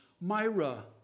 Myra